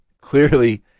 clearly